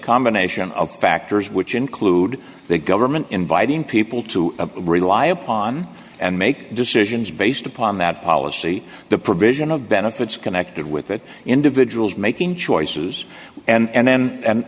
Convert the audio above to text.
combination of factors which include the government inviting people to rely upon and make decisions based upon that policy the provision of benefits connected with that individuals making choices and then the